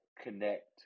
connect